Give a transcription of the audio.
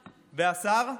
והשר,